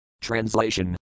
Translation